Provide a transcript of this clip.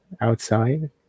outside